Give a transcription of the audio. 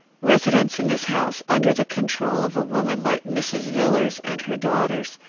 residence in this house, under the control of a woman like mrs. villars and her daughters,